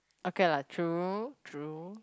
okay lah true true